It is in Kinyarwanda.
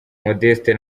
modeste